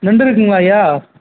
நண்டு இருக்குதுங்களா ஐயா